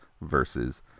versus